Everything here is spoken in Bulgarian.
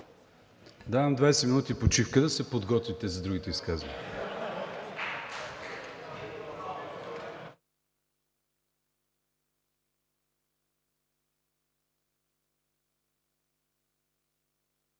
Давам 20 минути почивка да се подготвите за другите изказвания.